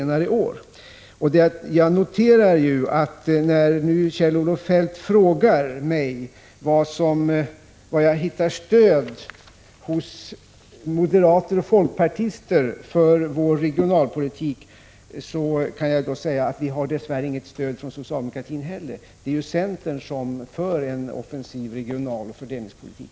När nu Kjell-Olof Feldt frågar mig var jag hittar stöd hos moderater och folkpartister för vår regionalpolitik, kan jag säga att vi dess värre inte har något stöd av socialdemokratin heller. Det är ju centern ensam som i dag för en offensiv regionalpolitik och fördelningspolitik.